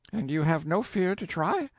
and you have no fear to try?